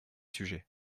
sujet